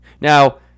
Now